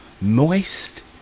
moist